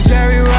Jerry